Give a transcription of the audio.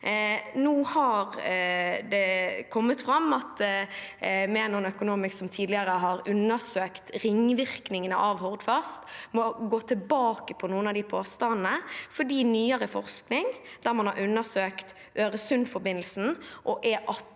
Nå har det kommet fram at Menon Economics, som tidligere har undersøkt ringvirkningene av Hordfast, må gå tilbake på noen av påstandene sine fordi nyere forskning, der man har undersøkt Øresundsforbindelsen og E18